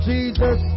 Jesus